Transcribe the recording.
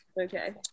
okay